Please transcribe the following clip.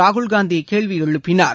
ராகுல்காந்தி கேள்வி எழுப்பினார்